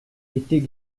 était